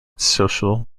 social